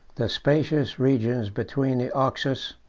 the spacious regions between the oxus,